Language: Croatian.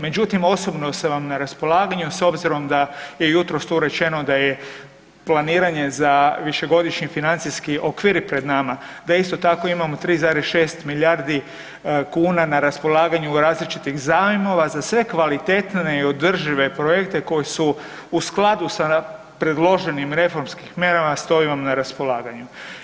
Međutim, osobno sam vam na raspolaganju s obzirom da je jutros tu rečeno da je planiranje za višegodišnji financijski okvir i pred nama, da isto tako imamo 3,6 milijardi kuna na raspolaganju različitih zajmova za sve kvalitetne i održive projekte koji su u skladu sa predloženim reformskim mjerama stojim vam na raspolaganju.